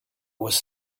was